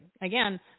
Again